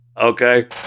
Okay